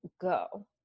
go